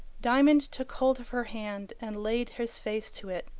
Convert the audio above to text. diamond took hold of her hand, and laid his face to it.